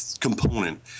component